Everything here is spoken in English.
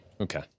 Okay